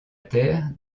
terre